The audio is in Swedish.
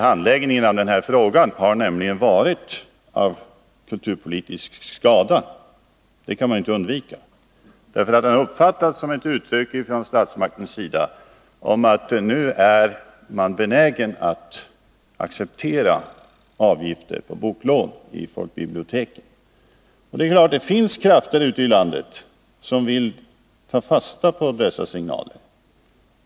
Handläggningen av den här frågan har nämligen varit av kulturpolitisk skada, det kan man inte undvika att se. Den har uppfattats som ett uttryck från statsmaktens sida för att man nu är benägen att acceptera avgifter på boklån i folkbiblioteken. Och visst finns det krafter ute i landet som vill ta fasta på dessa signaler.